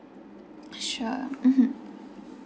sure mmhmm